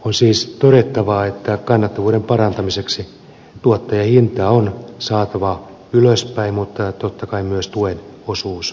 on siis todettava että kannattavuuden parantamiseksi tuottajahinta on saatava ylöspäin mutta totta kai myös tuen osuus korostuu